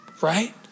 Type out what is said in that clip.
right